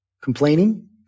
complaining